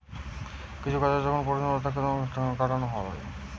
কিছু কাজে যখন কিছু পরিমাণে টাকা খাটানা হয়